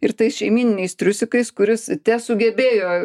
ir tais šeimyniniais triusikais kuris tesugebėjo